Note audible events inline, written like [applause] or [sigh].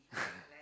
[laughs]